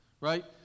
right